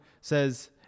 says